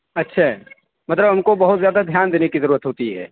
اچھا مطلب ان کو بہت زیادہ دھیان دینے کی ضرورت ہوتی ہے